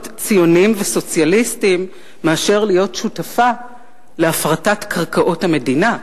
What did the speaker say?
ציוניים וסוציאליסטיים מאשר להיות שותפה להפרטת קרקעות המדינה?